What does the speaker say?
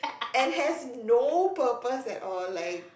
and has no purpose at all like